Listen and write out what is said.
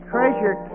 Treasure